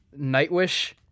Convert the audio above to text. Nightwish